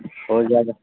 ہو جائے گا